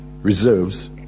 reserves